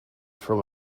from